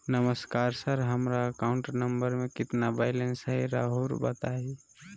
नमस्कार सर हमरा account number में कितना बैलेंस हेई राहुर बताई?